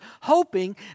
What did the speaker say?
hoping